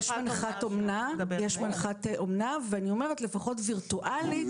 יש מנחת אומנה, ואני אומרת - לפחות וירטואלית,